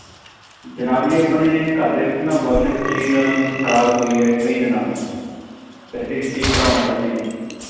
ਜਨਾਬ ਜੀ ਆਪਣੇ ਘਰ ਦੇ ਵਿੱਚ ਨਾ ਵਾਸ਼ਿੰਗ ਮਸ਼ੀਨ ਖਰਾਬ ਹੋਈ ਹੈ ਕਈ ਦਿਨਾਂ ਤੋਂ ਅਤੇ ਅਸੀਂ ਠੀਕ ਕਰਵਾਉਣਾ ਚਾਹੁੰਦੇ ਹਾਂ ਜੀ